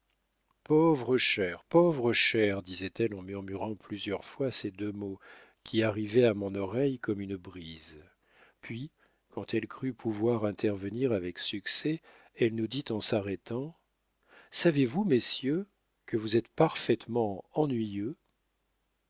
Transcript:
pauvre cher pauvre cher disait-elle en murmurant plusieurs fois ces deux mots qui arrivaient à mon oreille comme une brise puis quand elle crut pouvoir intervenir avec succès elle nous dit en s'arrêtant savez-vous messieurs que vous êtes parfaitement ennuyeux